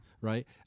Right